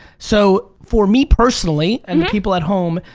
so for me personally and the people at home,